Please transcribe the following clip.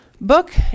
book